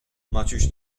maciuś